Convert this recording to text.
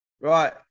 Right